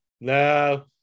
No